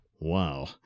Wow